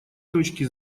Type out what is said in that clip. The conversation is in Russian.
точки